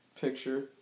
picture